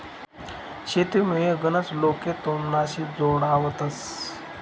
शेतीमुये गनच लोके तुमनाशी जोडावतंस